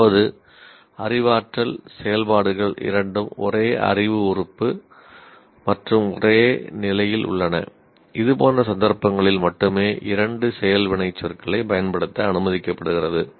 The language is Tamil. அதாவது அறிவாற்றல் செயல்பாடுகள் இரண்டும் ஒரே அறிவு உறுப்பு மற்றும் ஒரே நிலையில் உள்ளன இதுபோன்ற சந்தர்ப்பங்களில் மட்டுமே இரண்டு செயல் வினைச்சொற்களைப் பயன்படுத்த அனுமதிக்கப்படுகிறது